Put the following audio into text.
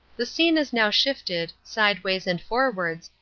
the scene is now shifted, sideways and forwards,